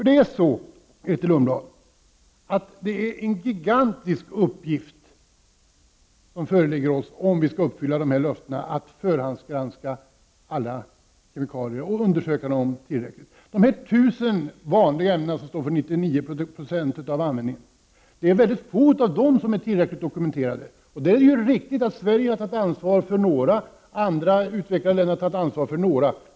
Det är en gigantisk uppgift, Grethe Lundblad, som föreläggs oss om vi skall uppfylla löftena att förhandsgranska och tillräckligt undersöka alla kemikalier. Få av de 1000 vanliga ämnen som står för 99 26 av användningen är dokumenterade. Det är riktigt att Sverige har tagit ansvar för några, medan andra utvecklade länder har ansvarat för några.